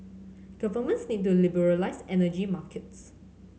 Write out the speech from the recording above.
governments need to liberalise energy markets